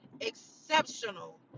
exceptional